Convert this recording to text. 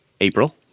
April